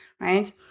right